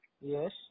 yes